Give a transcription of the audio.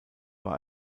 war